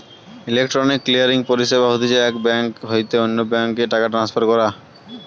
electronic clearing পরিষেবা হতিছে এক বেঙ্ক হইতে অন্য বেঙ্ক এ টাকা ট্রান্সফার করা